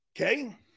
Okay